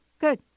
good